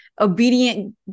obedient